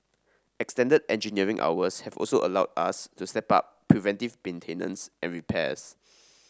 extended engineering hours have also allowed us to step up preventive maintenance and repairs